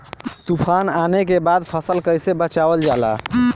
तुफान आने के बाद फसल कैसे बचावल जाला?